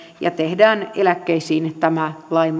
ja teemme eläkkeisiin tämän lain